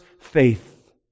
faith